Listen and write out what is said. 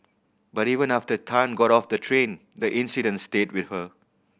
but even after Tan got off the train the incident stayed with her